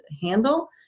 handle